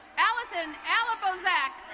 alyson alibozek,